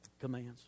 commands